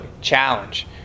challenge